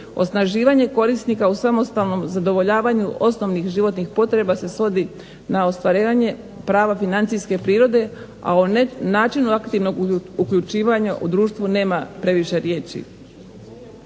Osnaživanje korisnika u samostalnom zadovoljavanju osnovnih životnih potreba se svodi na ostvarivanje prava financijske prirode, a o načinu aktivnog uključivanja u društvu nema previše riječi.